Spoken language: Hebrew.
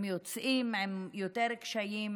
הם יוצאים עם יותר קשיים,